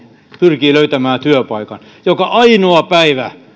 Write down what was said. pyrkii löytämään työpaikan joka ainoa päivä